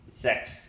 sex